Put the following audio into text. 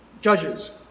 judges